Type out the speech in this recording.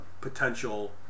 potential